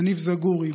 יניב זגורי,